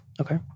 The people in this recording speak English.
Okay